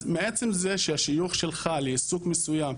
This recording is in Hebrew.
אז מעצם זה שהשיוך שלך לעיסוק מסוים,